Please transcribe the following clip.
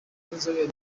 n’inzobere